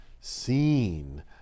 seen